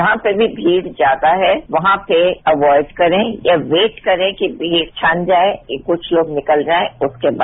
जहां पर भी भीड़ ज्यादा है वहां पर अवाइड करें या वेट करें कि भीड़ छन जाएं कि कुछ लोग निकल जाएं उसके बाद